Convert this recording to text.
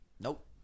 nope